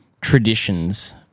traditions